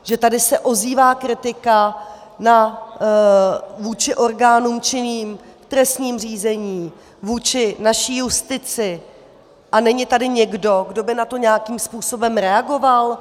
Že tady se ozývá kritika vůči orgánům činným v trestním řízení, vůči naší justici a není tady někdo, kdo by na to nějakým způsobem reagoval?